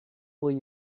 will